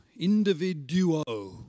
individuo